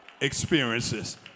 experiences